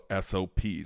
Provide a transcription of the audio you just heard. SOPs